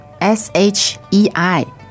S-H-E-I